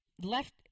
Left